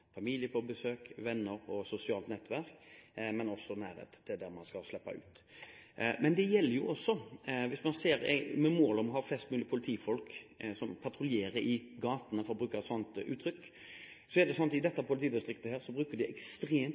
familie på besøk, og hvor man har venner og sosialt nettverk, men også nærhet til der man skal slippe ut. Men dette berører også målet om å ha flest mulig politifolk som patruljerer i gatene, for å bruke et sånt uttrykk. Det er sånn at i dette politidistriktet bruker de ekstremt